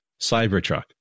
Cybertruck